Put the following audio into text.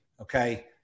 Okay